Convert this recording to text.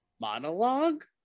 monologue